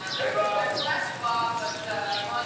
hey bob i'd flash you, bob but i'm on